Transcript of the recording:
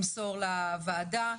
למסור לוועדה,